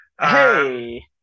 Hey